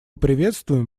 приветствуем